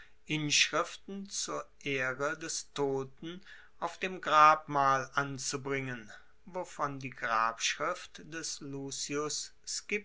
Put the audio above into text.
inschriften zur ehre des toten auf dem grabmal anzubringen wovon die grabschrift des